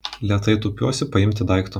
lėtai tūpiuosi paimti daikto